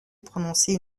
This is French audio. prononcer